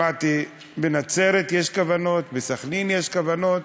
שמעתי שבנצרת יש כוונות, בסח'נין יש כוונות,